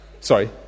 sorry